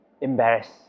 embarrassed